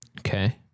Okay